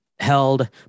Held